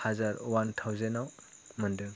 हाजार अवान थावसेन्डआव मोनदों